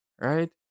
Right